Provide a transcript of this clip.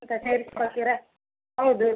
ಈಗ ಸೇರಿಸಿಕೊಳ್ತೀರಾ ಹೌದು